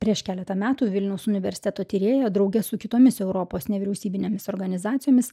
prieš keletą metų vilniaus universiteto tyrėja drauge su kitomis europos nevyriausybinėmis organizacijomis